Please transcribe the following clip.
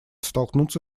столкнуться